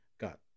got